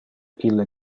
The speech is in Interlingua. ille